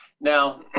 Now